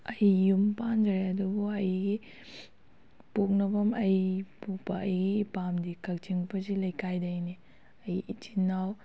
ꯑꯩ ꯌꯨꯝ ꯄꯥꯟꯖꯔꯦ ꯑꯗꯨꯕꯨ ꯑꯩꯒꯤ ꯄꯣꯛꯅꯐꯝ ꯑꯩ ꯄꯣꯛꯄ ꯑꯩꯒꯤ ꯏꯄꯥꯝꯗꯤ ꯀꯛꯆꯤꯡ ꯄꯨꯖꯤ ꯂꯩꯀꯥꯏꯗꯩꯅꯤ ꯑꯩ ꯏꯆꯤꯟ ꯏꯅꯥꯎ